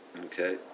Okay